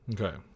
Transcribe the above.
Okay